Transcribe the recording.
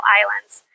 islands